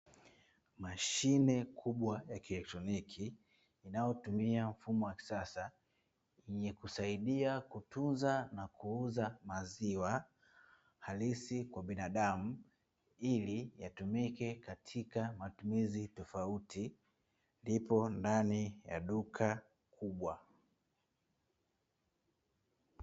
Mashine kubwa ya kielektroniki inayotumia mfumo wa kisasa, yenye kusaidia kutunza na kuuza maziwa halisi kwa binaadamu ili yatumike katika matumizi tofauti lipo ndani ya duka kubwa.